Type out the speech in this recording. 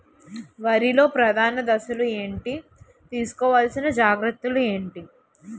వరిలో ప్రధాన దశలు ఏంటి? తీసుకోవాల్సిన జాగ్రత్తలు ఏంటి?